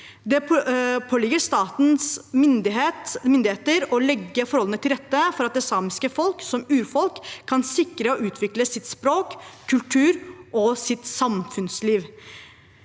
Det påligger statens myndigheter å legge forholdene til rette for at det samiske folk som urfolk kan sikre og utvikle sitt språk, sin kultur og sitt samfunnsliv.